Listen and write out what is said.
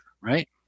right